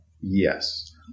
yes